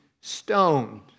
stoned